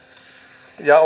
ja